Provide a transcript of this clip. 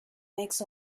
makes